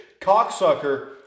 cocksucker